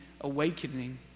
awakening